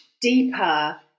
deeper